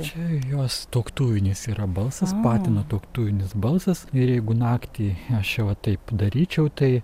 čia jos tuoktuvinis yra balsas patino tuoktuvinis balsas ir jeigu naktį aš čia va taip daryčiau tai